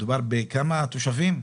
מדובר בכמה תושבים?